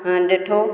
ॾिठो